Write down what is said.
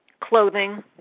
Clothing